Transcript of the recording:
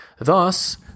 Thus